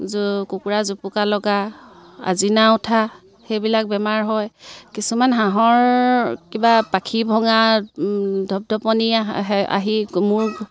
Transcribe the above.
কুকুৰা জুপুকা লগা আচিনাই উঠা সেইবিলাক বেমাৰ হয় কিছুমান হাঁহৰ কিবা পাখি ভঙা ধপধপনি আহি মূৰ